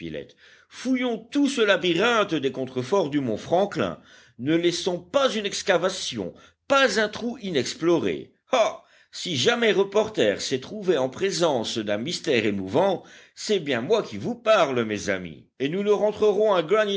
fouillons tout ce labyrinthe des contreforts du mont franklin ne laissons pas une excavation pas un trou inexploré ah si jamais reporter s'est trouvé en présence d'un mystère émouvant c'est bien moi qui vous parle mes amis et nous ne rentrerons